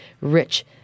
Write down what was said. rich